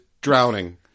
drowning